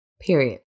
Period